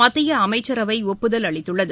மத்திய அமைச்சரவை ஒப்புதல் அளித்துள்ளது